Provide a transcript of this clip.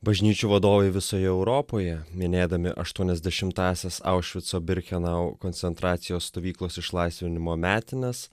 bažnyčių vadovai visoje europoje minėdami aštuoniasdešimtąsias aušvico birkenau koncentracijos stovyklos išlaisvinimo metines